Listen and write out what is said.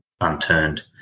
unturned